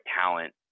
talent